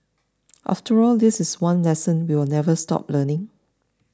after all this is one lesson we will never stop learning